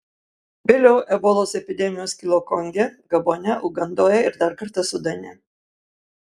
vėliau ebolos epidemijos kilo konge gabone ugandoje ir dar kartą sudane